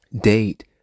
date